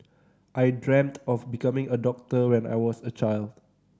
I dreamt of becoming a doctor when I was a child